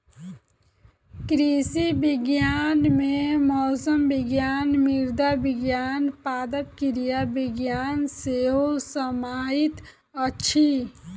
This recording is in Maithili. कृषि विज्ञान मे मौसम विज्ञान, मृदा विज्ञान, पादप क्रिया विज्ञान सेहो समाहित अछि